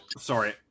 Sorry